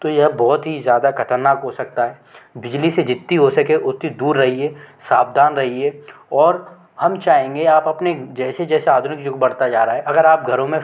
तो यह बहुत ही ज़्यादा ख़तरनाक हो सकता है बिजली से जितनी हो सके उतनी दूर रहिए सावधान रहिए और हम चाहेंगे आप अपने जैसे जैसे आधुनिक युग बढ़ता जा रहा है अगर आप घरों में